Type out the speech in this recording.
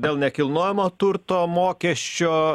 dėl nekilnojamo turto mokesčio